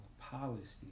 policy